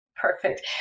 Perfect